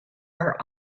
are